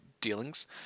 dealings